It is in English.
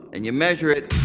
and you measure it,